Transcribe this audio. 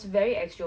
yes lah